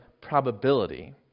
probability